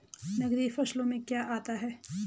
नकदी फसलों में क्या आता है?